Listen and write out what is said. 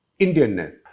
Indianness